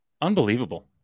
Unbelievable